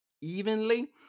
evenly